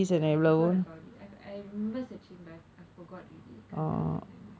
I forgot about it I I I remember searching about it but I forgot already can't come to my mind